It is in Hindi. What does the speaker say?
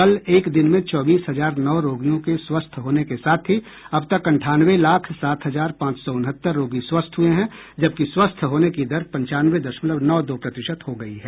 कल एक दिन में चौबीस हजार नौ रोगियों के स्वस्थ होने के साथ ही अब तक अंठानवे लाख सात हजार पांच सौ उनहत्तर रोगी स्वस्थ हुए हैं जबकि स्वस्थ होने की दर पंचानवे दशमलव नौ दो प्रतिशत हो गई है